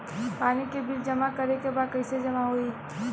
पानी के बिल जमा करे के बा कैसे जमा होई?